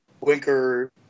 Winker